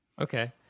Okay